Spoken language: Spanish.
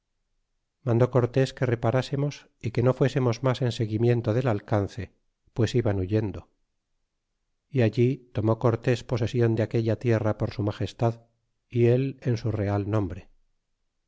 mandó cortés que reparásemos y que no fuésemos mas en seguimiento del alcance pues iban huyendo y allí tomó cortés posesion de aquella tierra por su magestad y el en su real nombre